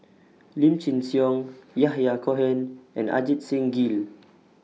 Lim Chin Siong Yahya Cohen and Ajit Singh Gill